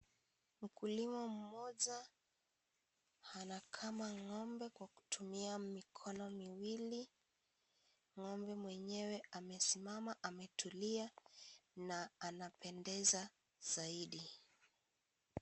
Mkulima mmoja anakama ng'ombe kwa kutumia mikono miwili ng'ombe mwenyewe amesimama ametulia na anapendeza zaidi.